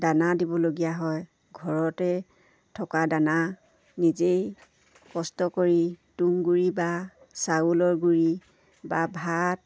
দানা দিবলগীয়া হয় ঘৰতে থকা দানা নিজেই কষ্ট কৰি তুম গুড়ি বা চাউলৰ গুড়ি বা ভাত